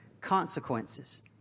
consequences